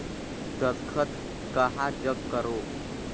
दस्खत कहा जग करो?